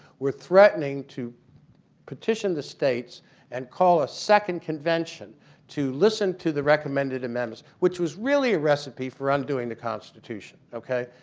were threatening to petition the states and call a second convention to listen to the recommended amendments, which was really a recipe for undoing the constitution. ok?